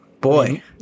boy